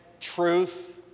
truth